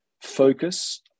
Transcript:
focus